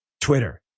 Twitter